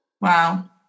Wow